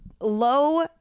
low